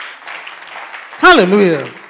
Hallelujah